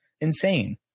Insane